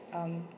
um